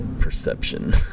perception